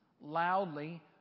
loudly